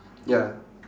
ya